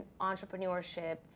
entrepreneurship